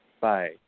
Bye